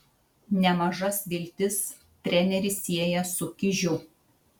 nemažas viltis treneris sieja su kižiu